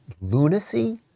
lunacy